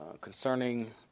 concerning